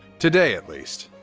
today, at least.